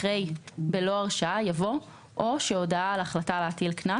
אחרי "בלא הרשעה" יבוא "או שהודעה על החלטה להטיל קנס